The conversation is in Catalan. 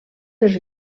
els